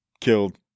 killed